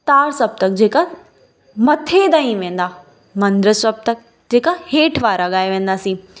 तार सप्तक जेका मथे ताईं वेंदा मंद्र सप्तक जेका हेठि वारा गाए वेंदासीं